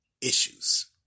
issues